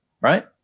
Right